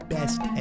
Best